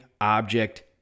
object